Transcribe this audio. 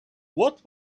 what